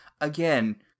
Again